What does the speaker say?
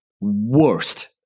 worst